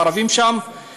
של הערבים שם,